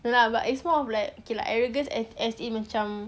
no lah but it's more of like okay like arrogance as as in macam